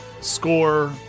score